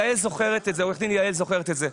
יעל זוכרת את זה,